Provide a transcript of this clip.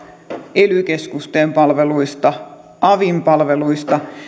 ely keskusten palveluista avin palveluista